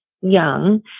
young